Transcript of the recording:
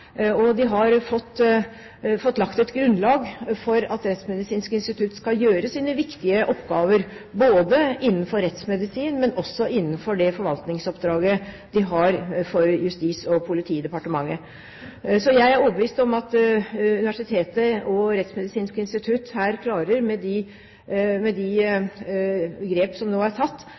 og de har fått lagt et grunnlag for at Rettsmedisinsk institutt skal gjøre sine viktige oppgaver både innenfor rettsmedisin og innenfor det forvaltningsoppdraget de har for Justis- og politidepartementet. Så jeg er overbevist om at Universitetet og Rettsmedisinsk institutt klarer med de grep som nå er tatt,